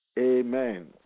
Amen